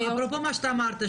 אפרופו מה שאתה אמרת,